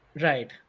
Right